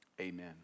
Amen